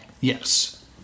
Yes